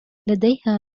لديها